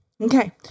Okay